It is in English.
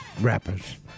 rappers